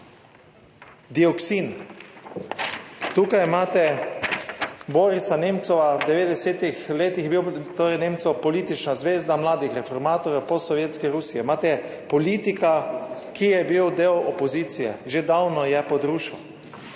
Dioksin. Tukaj imate Borisa Nemcova, v 90. letih je bil torej Nemcev politična zvezda mladih reformatorjev, postsovjetske Rusije, imate politika, ki je bil del opozicije, že davno je pod rušo.